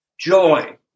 Joy